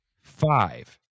Five